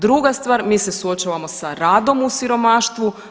Druga stvar, mi se suočavamo sa radom u siromaštvu.